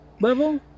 level